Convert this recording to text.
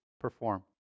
perform